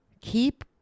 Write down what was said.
Keep